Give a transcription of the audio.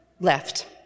left